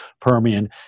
Permian